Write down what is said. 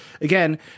Again